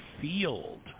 field